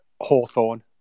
Hawthorne